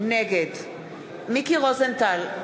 נגד מיקי רוזנטל,